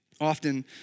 often